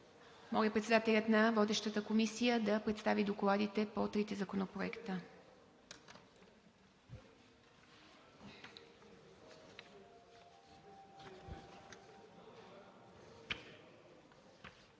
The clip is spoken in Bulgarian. Моля председателят на водещата Комисия да представи докладите по трите законопроекта.